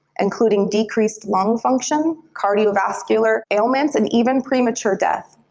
including decreased lung function, cardiovascular ailments and even premature death.